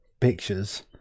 pictures